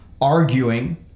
arguing